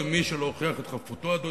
כל מי שלא הוכיח את חפותו, אדוני,